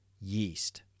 yeast